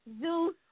Zeus